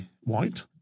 white